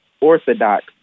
orthodox